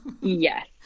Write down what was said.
Yes